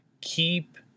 Keep